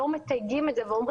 לא מתייגים את זה ואומרים,